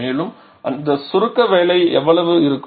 மேலும் சுருக்க வேலை எவ்வளவு இருக்கும்